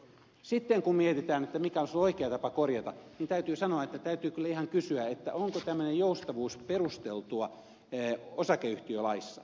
sitten kun mietitään mikä olisi ollut oikea tapa korjata tämä niin täytyy kyllä ihan kysyä onko tämmöinen joustavuus perusteltua osakeyhtiölaissa